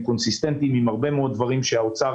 קונסיסטנטיים עם הרבה מאוד דברים שמשרד האוצר